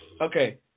Okay